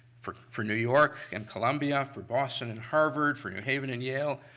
for for new york and columbia, for boston and harvard, for new haven and yale,